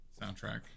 soundtrack